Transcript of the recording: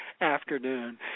afternoon